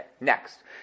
next